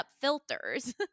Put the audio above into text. filters